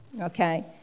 okay